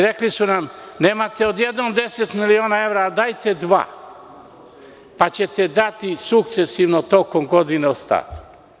Rekli su nam – nemate odjednom 10 miliona evra, ali dajte dva, pa ćete dati sukcesivno tokom godine ostatak.